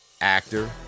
Actor